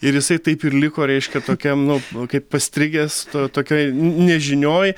ir jisai taip ir liko reiškia tokiam nu kaip pastrigęs tokioj nežinioj